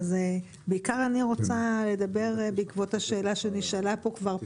אני בעיקר רוצה לדבר בעקבות השאלה שנשאלה פה כבר פעמיים,